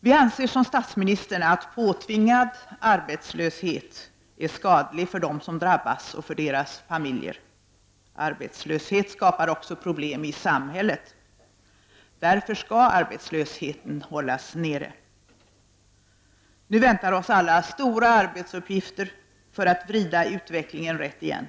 Vi anser, som statsministern, att påtvingad arbetslöshet är skadlig för dem som drabbas och för deras familjer. Arbetslöshet skapar också problem i samhället. Därför skall arbetslösheten hållas nere. Nu väntar oss alla stora arbetsuppgifter för att vrida utvecklingen rätt igen.